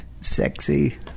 Sexy